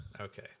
Okay